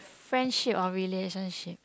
friendship or relationship